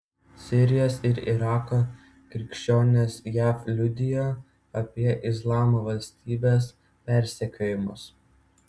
sirijos ir irako krikščionės jav liudijo apie islamo valstybės persekiojimus